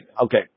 Okay